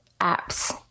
apps